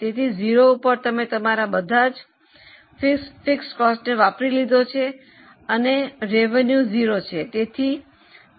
તેથી 0 પર તમે તમારા બધા સ્થિર ખર્ચને વાપરી લીધો છે અને આવક 0 છે